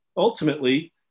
ultimately